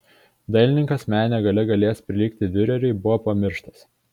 dailininkas menine galia galėjęs prilygti diureriui buvo pamirštas